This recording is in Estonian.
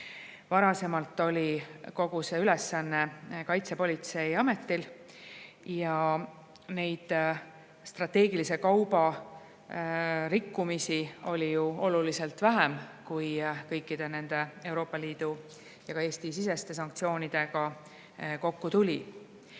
Varasemalt oli kogu see ülesanne Kaitsepolitseiametil ja neid strateegilise kauba rikkumisi oli ju oluliselt vähem, kui kõikide nende Euroopa Liidu ja ka Eesti-siseste sanktsioonidega kokku